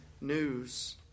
news